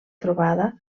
trobada